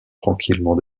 tranquillement